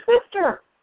sister